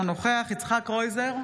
אינו נוכח יצחק קרויזר,